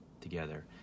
together